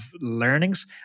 learnings